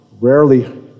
rarely